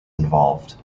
involved